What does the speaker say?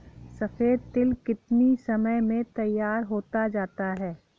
सफेद तिल कितनी समय में तैयार होता जाता है?